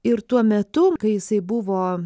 ir tuo metu kai jisai buvo